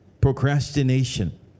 Procrastination